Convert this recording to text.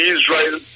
Israel